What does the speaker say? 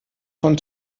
von